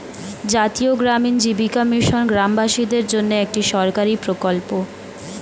জাতীয় গ্রামীণ জীবিকা মিশন গ্রামবাসীদের জন্যে একটি সরকারি প্রকল্প